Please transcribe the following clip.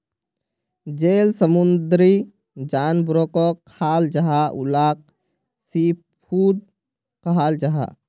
जेल समुंदरी जानवरोक खाल जाहा उलाक सी फ़ूड कहाल जाहा